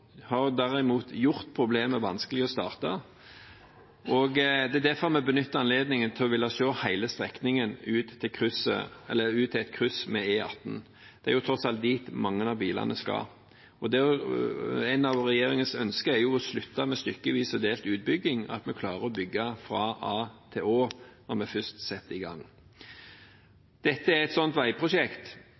har derimot gitt problemer og gjort det vanskelig å starte, og det er derfor vi benytter anledningen til å se hele strekningen i ett til et kryss med E18. Det er tross alt dit mange av bilene skal. Et av regjeringens ønsker er å slutte med stykkevis og delt utbygging, at vi klarer å bygge fra A til Å når vi først setter i gang. Dette er et slikt veiprosjekt.